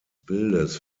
bildes